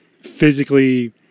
physically